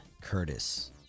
Curtis